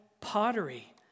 pottery